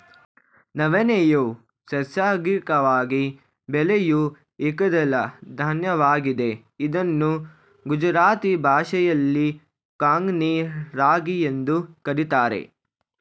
ನವಣೆಯು ನೈಸರ್ಗಿಕವಾಗಿ ಬೆಳೆಯೂ ಏಕದಳ ಧಾನ್ಯವಾಗಿದೆ ಇದನ್ನು ಗುಜರಾತಿ ಭಾಷೆಯಲ್ಲಿ ಕಾಂಗ್ನಿ ರಾಗಿ ಎಂದು ಕರಿತಾರೆ